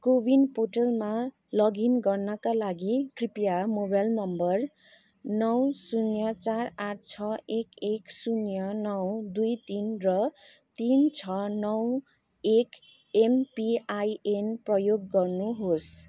को विन पोर्टलमा लगइन गर्नाका लागि कृपया मोबाइल नम्बर नौ शून्य चार आठ छ एक एक शून्य नौ दुई तिन र तिन छ नौ एक एमपिआइएन प्रयोग गर्नुहोस्